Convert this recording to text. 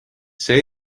see